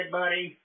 buddy